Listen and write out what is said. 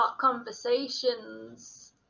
conversations